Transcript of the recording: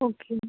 okay